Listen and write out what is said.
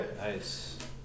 Nice